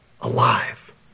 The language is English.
alive